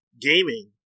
gaming